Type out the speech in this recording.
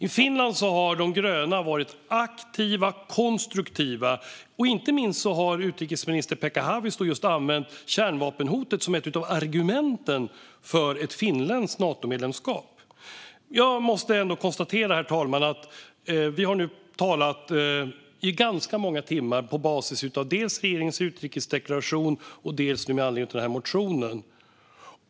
I Finland har de gröna varit aktiva och konstruktiva, och inte minst har utrikesminister Pekka Haavisto använt kärnvapenhotet som ett av argumenten för ett finländskt Natomedlemskap. Jag måste ändå konstatera, herr talman, att vi nu har talat i ganska många timmar dels på basis av regeringens utrikesdeklaration, dels med anledning av motionen.